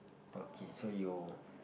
okay so you